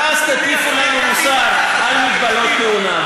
ואז תטיפו לנו מוסר, על מגבלות כהונה.